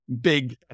big